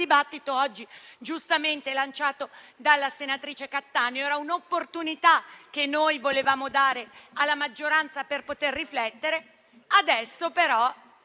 il dibattito oggi giustamente lanciato dalla senatrice Cattaneo. Era un'opportunità che noi volevamo dare alla maggioranza per poter riflettere. Adesso però